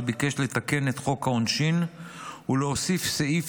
שביקש לתקן את חוק העונשין ולהוסיף סעיף